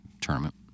tournament